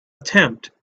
attempt